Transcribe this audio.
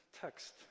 text